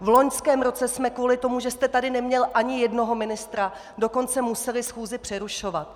V loňském roce jsme kvůli tomu, že jste tady neměl ani jednoho ministra, dokonce museli schůzi přerušovat.